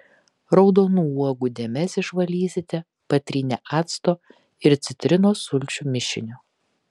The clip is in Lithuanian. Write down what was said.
raudonų uogų dėmes išvalysite patrynę acto ir citrinos sulčių mišiniu